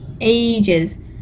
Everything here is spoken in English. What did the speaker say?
ages